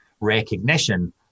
recognition